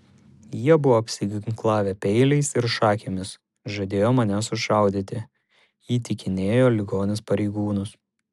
jie buvo apsiginklavę peiliais ir šakėmis žadėjo mane sušaudyti įtikinėjo ligonis pareigūnus